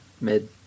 Mid